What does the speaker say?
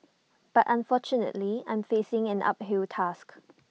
but unfortunately I'm facing an uphill task